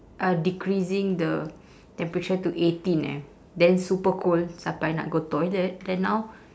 uh decreasing the temperature to eighteen eh then super cold sampai nak go toilet then now